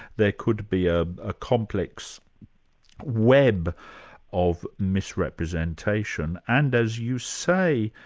there could be a ah complex web of misrepresentation, and as you say,